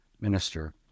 Minister